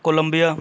Colombia